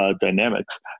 dynamics